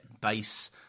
base